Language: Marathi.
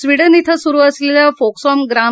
स्विडन ॐ सुरु असलेल्या फोकसॉम ग्रां